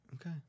Okay